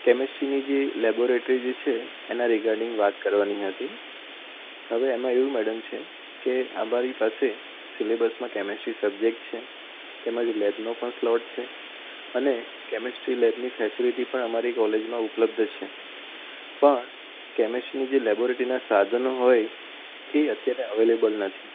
કેમેસ્ટ્રીની જે લેબોરેટરી છે એના રીગાર્ડિંગ વાત કરવાની હતી હવે એમાં એવું મેડમ છે કે અમારી પાસે સિલેબસમાં કેમેસ્ટ્રી સબજેક્ટ છે તેમજ લેબનો પણ સ્લોટ છે અને કેમેસ્ટ્રી લેબની ફેસિલિટી પણ અમારી કોલેજમાં ઉપલબ્ધ છે પણ કેમેસ્ટ્રીની જે લેબોરેટરીના સાધનો હોય એ અત્યારે અવેલેબલ નથી